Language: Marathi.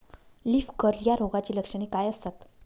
लीफ कर्ल या रोगाची लक्षणे काय असतात?